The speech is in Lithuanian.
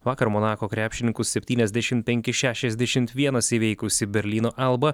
vakar monako krepšininkų septyniasdešim penki šešiasdešim vienas įveikusi berlyno alba